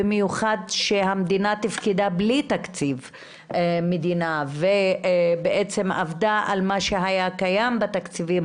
במיוחד שהמדינה תפקדה בלי תקציב מדינה ועבדה על מה שהיה קיים בתקציבים